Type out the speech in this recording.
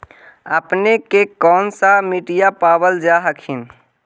अपने के कौन सा मिट्टीया पाबल जा हखिन?